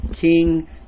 King